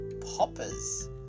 poppers